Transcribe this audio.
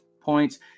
points